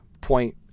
point